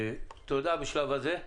תודה בשלב הזה.